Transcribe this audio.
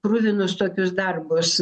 kruvinus tokius darbus